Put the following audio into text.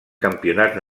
campionats